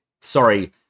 sorry